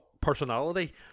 personality